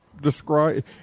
Describe